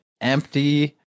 empty